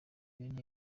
bene